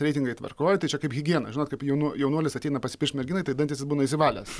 reitingai tvarkoj tai čia kaip higieną žinot kaip jaunu jaunuolis ateina pasipiršt merginai tai dantis jis būna išsivalęs